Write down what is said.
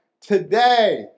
today